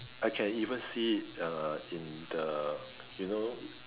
I can even see it uh in the you know